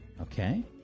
Okay